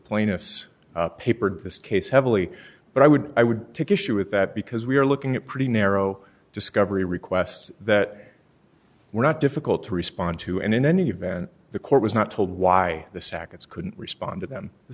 plaintiffs papered this case heavily but i would i would take issue with that because we are looking at pretty narrow discovery requests that were not difficult to respond to and in any event the court was not told why the sackets couldn't respond to them th